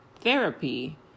therapy